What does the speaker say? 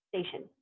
station